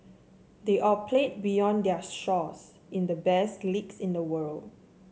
they all play beyond their shores in the best leagues in the world